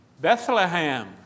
Bethlehem